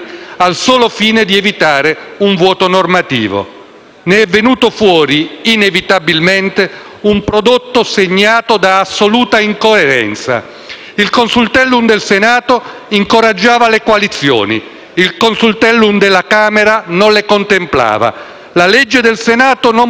Ne è venuto fuori, inevitabilmente, un prodotto segnato da assoluta incoerenza. Il Consultellum del Senato incoraggiava le coalizioni, quello della Camera non le contemplava; la legge del Senato non prevedeva premio di maggioranza, quella della Camera sì;